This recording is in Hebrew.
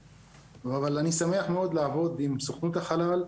אבל אני שמח מאוד לעבוד עם סוכנות החלל,